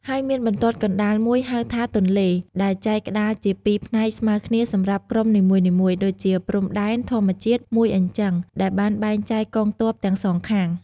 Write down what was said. ហើយមានបន្ទាត់កណ្តាលមួយហៅថា ទន្លេ ដែលចែកក្តារជាពីរផ្នែកស្មើគ្នាសម្រាប់ក្រុមនីមួយៗ ដូចជាព្រំដែនធម្មជាតិមួយអញ្ចឹង ដែលបានបែងចែកកងទ័ពទាំងសងខាង។